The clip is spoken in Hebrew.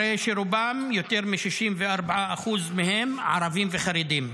הרי שרובם, יותר מ-64% מהם, ערבים וחרדים.